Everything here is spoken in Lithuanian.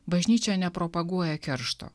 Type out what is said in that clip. bažnyčia nepropaguoja keršto